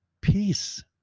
Peace